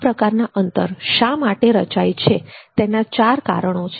આ પ્રકારના અંતર શા માટે રચાય છે તેના ચાર કારણો છે